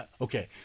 okay